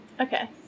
Okay